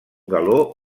galó